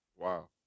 Wow